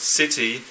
city